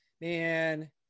Man